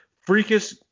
freakish